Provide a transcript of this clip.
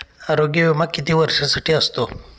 आरोग्य विमा किती वर्षांसाठी असतो?